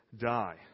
die